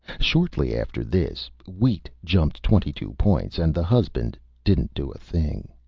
shortly after this, wheat jumped twenty-two points, and the husband didn't do a thing.